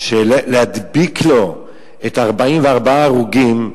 להדביק לו את 44 ההרוגים,